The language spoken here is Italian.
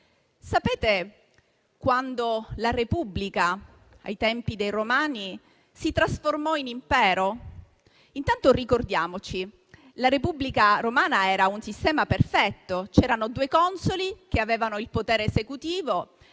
Sapete quando la repubblica, ai tempi dei romani, si trasformò in impero? Intanto, dobbiamo ricordare che la repubblica romana era un sistema perfetto: c'erano due consoli che avevano il potere esecutivo;